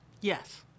Yes